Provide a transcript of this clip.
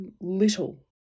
little